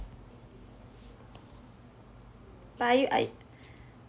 but are you are you